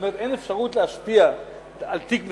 זאת אומרת, אין אפשרות להשפיע על תיק מסוים.